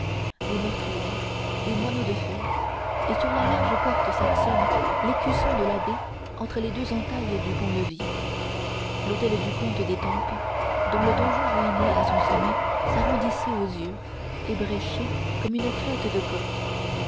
des meurtrières des moineaux de fer et sur la large porte saxonne l'écusson de l'abbé entre les deux entailles du pont-levis l'hôtel du comte d'étampes dont le donjon ruiné à son sommet s'arrondissait aux yeux ébréché comme une crête de coq